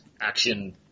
Action